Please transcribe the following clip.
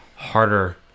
Harder